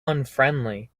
unfriendly